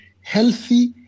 healthy